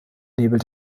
nebel